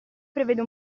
prevede